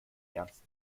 ernst